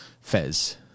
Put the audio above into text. Fez